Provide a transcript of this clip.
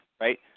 right